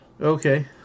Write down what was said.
Okay